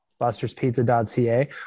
Buster'sPizza.ca